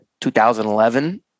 2011